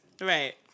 Right